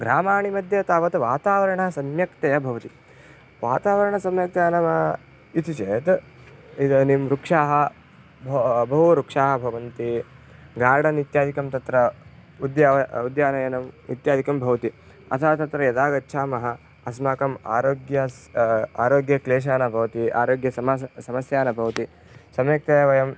ग्रामाणां मध्ये तावत् वातावरणं सम्यक्तया भवति वातावरणं सम्यक्तया नाम इति चेत् इदानीं वृक्षाः बहु बहुवृक्षाः भवन्ति गार्डन् इत्यादिकं तत्र उद्या उद्यानवनम् इत्यादिकं भवति अतः तत्र यदा गच्छामः अस्माकम् आरोग्यं स् आरोग्यक्लेशाः न भवन्ति आरोग्यसमस्या समस्या न भवति सम्यक्तया वयं